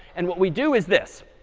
and what we do is this.